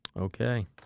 okay